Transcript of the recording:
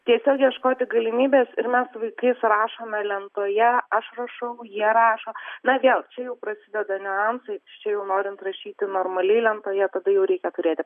tiesiog ieškoti galimybės ir mes su vaikais surašome lentoje aš rašau jie rašo na vėl čia jau prasideda niuansai šičia jau norint rašyti normaliai lentoje tada jau reikia turėti